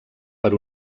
per